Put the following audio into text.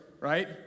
right